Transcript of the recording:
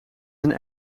een